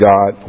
God